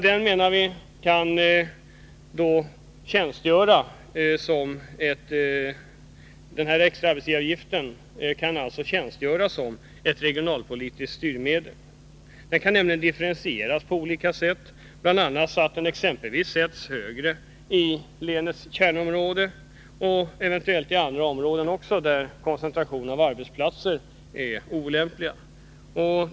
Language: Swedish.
Den extra arbetsgivaravgiften kan också tjänstgöra som ett regionalpolitiskt styrmedel. En extra arbetsgivaravgift kan differentieras på olika sätt, bl.a. så att den sätts högre i länets kärnområde och eventuellt i andra områden där en koncentration av arbetsplatser är olämplig.